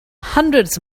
hundreds